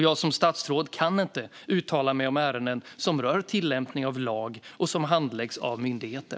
Jag som statsråd kan inte uttala mig om ärenden som rör tillämpning av lag och som handläggs av myndigheter.